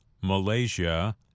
Malaysia